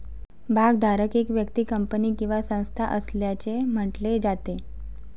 भागधारक एक व्यक्ती, कंपनी किंवा संस्था असल्याचे म्हटले जाते